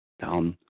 down